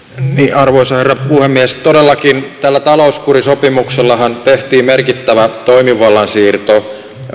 arvoisa herra puhemies todellakin tällä talouskurisopimuksellahan tehtiin merkittävä toimivallan siirto